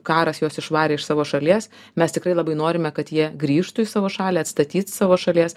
karas juos išvarė iš savo šalies mes tikrai labai norime kad jie grįžtų į savo šalį atstatyt savo šalies